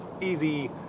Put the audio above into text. easy